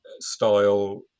style